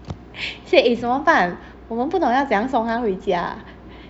said eh 怎么办我们不懂要怎样送她回家